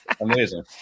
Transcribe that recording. Amazing